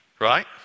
Right